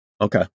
Okay